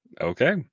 Okay